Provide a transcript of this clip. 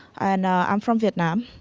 and i'm from vietnam.